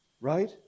right